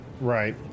right